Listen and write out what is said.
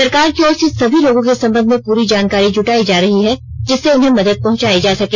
सरकार की ओर से सभी लोगों के संबध में पूरी जानकारी जुटाई जा रही है जिससे उन्हें मदद पहुंचाई जा सके